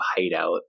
hideout